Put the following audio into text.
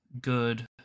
good